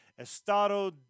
Estado